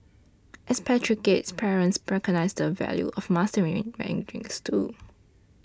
expatriate parents recognise the value of mastering Mandarin too